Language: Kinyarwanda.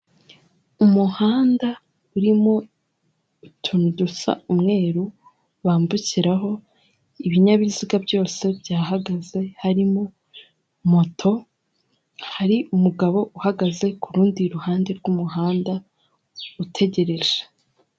Umuhanda urimo utuntu dusa umweru bambukiraho ibinyabiziga byose byahagaze harimo moto. Hari umugabo uhagaze ku rundi ruhande rw'umuhanda utegereje.